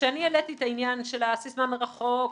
כשאני העליתי את העניין של הסיסמה מרחוק,